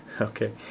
Okay